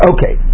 Okay